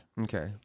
Okay